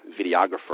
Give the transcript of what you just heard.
videographer